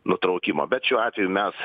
nutraukimo bet šiuo atveju mes